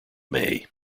may